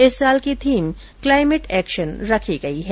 इस साल की थीम क्लाइमेट एक्शन रखा गया है